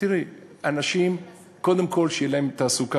תראי, אנשים, קודם כול שתהיה להם תעסוקה.